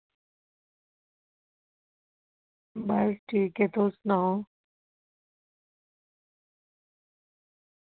बस ठीक तुस सनाओ